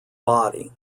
body